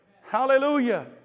Hallelujah